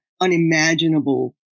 unimaginable